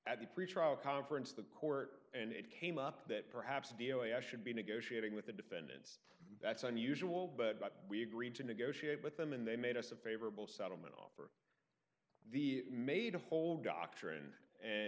at the pretrial conference the court and it came up that perhaps dio i should be negotiating with the defendants that's unusual but we agreed to negotiate with them and they made us a favorable settlement offer the made a hole doctor and